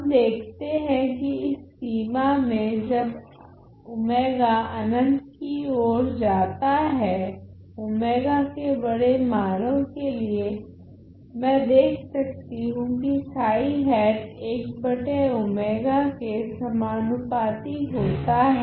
हम देखते है की इस सीमा में जब अनंत की ओर जाता है के बड़े मानो के लिए मैं देख सकती हूँ की के समानुपाती होता हैं